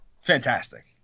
Fantastic